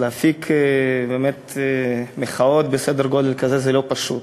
להפיק באמת מחאות בסדר גודל כזה זה לא פשוט.